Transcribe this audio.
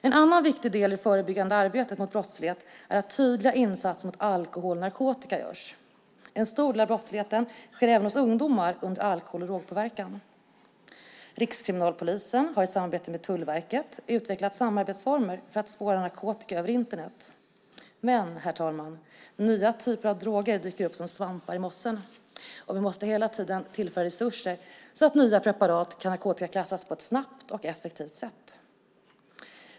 En annan viktig del i det förebyggande arbetet mot brottslighet är tydliga insatser mot alkohol och narkotika. En stor del av brottsligheten, även bland ungdomar, sker under alkohol och drogpåverkan. Rikskriminalpolisen har i samarbete med Tullverket utvecklat samarbetsformer för att spåra narkotika över Internet. Men, herr talman, nya typer av droger dyker upp som svampar i mossan, och vi måste därför hela tiden tillföra resurser så att nya preparat kan narkotikaklassas på ett snabbt och effektivt sätt.